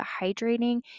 hydrating